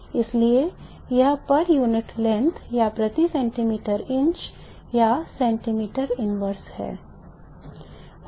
इसलिए यह प्रति इकाई लंबाई या प्रति सेंटीमीटर इंच या सेंटीमीटर प्रतिलोम है